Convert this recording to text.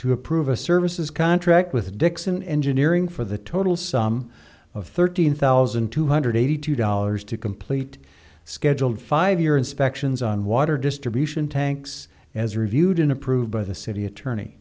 to approve a services contract with dickson engineering for the total sum of thirteen thousand two hundred eighty two dollars to complete scheduled five year inspections on water distribution tanks as reviewed and approved by the city attorney